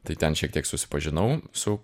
tai ten šiek tiek susipažinau su